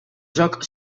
joc